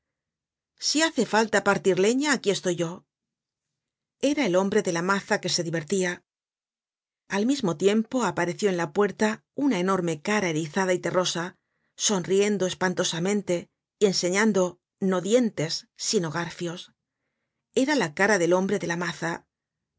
si hace falta partir leña aquí estoy yo era el hombre de la maza que se divertia al mismo tiempo apareció en la puerta una enorme cara erizada y terrosa sonriendo espantosamente y enseñando no dientes sino garfios era la cara del hombre de la maza